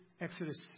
Exodus